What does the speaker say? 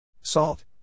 Salt